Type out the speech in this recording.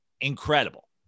incredible